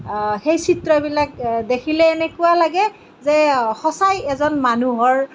সেই চিত্ৰবিলাক দেখিলে এনেকুৱা লাগে যে সঁচাই এজন মানুহৰ